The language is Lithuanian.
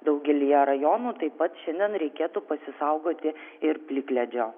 daugelyje rajonų taip pat šiandien reikėtų pasisaugoti ir plikledžio